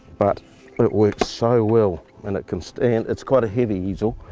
but it works so well, and it can stand. it's quite a heavy easel,